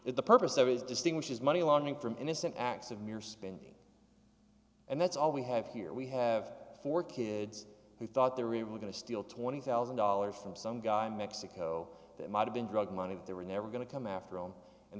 the purpose there is distinguishes money laundering from innocent acts of mere spending and that's all we have here we have four kids who thought they were going to steal twenty thousand dollars from some guy in mexico that might have been drug money if they were never going to come after him and